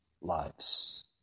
lives